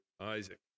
Isaac